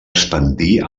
expandir